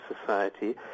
society